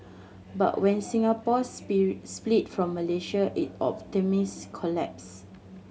but when Singapore split from Malaysia is optimism collapsed